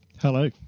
Hello